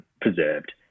preserved